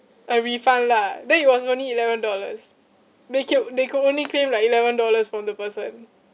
a refund lah then it was only eleven dollars they cou~ they could only claim like eleven dollars from the person